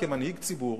כמנהיג ציבור,